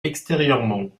extérieurement